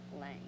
Lane